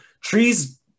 trees